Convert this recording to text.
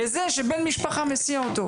לזה שבן משפחה מסיע אותו.